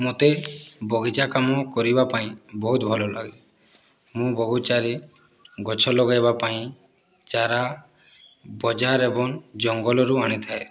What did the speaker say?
ମୋତେ ବଗିଚା କାମ କରିବା ପାଇଁ ବହୁତ ଭଲଲାଗେ ମୁଁ ବଗିଚାରେ ଗଛ ଲଗାଇବା ପାଇଁ ଚାରା ବଜାର ଏବଂ ଜଙ୍ଗଲରୁ ଆଣିଥାଏ